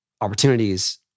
opportunities